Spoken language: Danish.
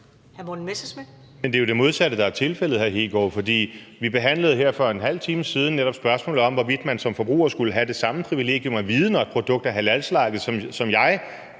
det er jo det modsatte, der er tilfældet, hr. Kristian Hegaard. For vi behandlede her for en halv time siden netop spørgsmålet om, hvorvidt man som forbruger skulle have det samme privilegium at vide, når et produkt er halalslagtet, som jeg